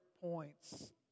points